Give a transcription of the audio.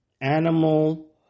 animal